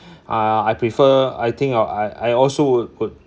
uh I prefer I think I'll I also would would